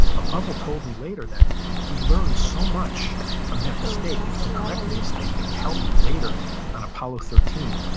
but lovell told me later that he learned so much from that mistake and from correcting the mistake that would help him later on apollo thirteen,